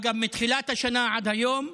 אגב, מתחילת השנה ועד היום,